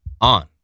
on